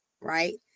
right